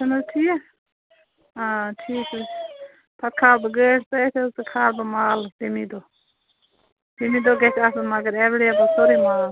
چھُ نہٕ حظ ٹھیٖک آ ٹھیٖک حظ چھُ پتہٕ کھال بہٕ گٲڑۍ سۭتۍ حظ تہٕ کھال بہٕ مال تَمہِ دۄہ تَمہِ دۄہ گژھِ آسُن مگر اٮ۪ویلیبٕل سورٕے مال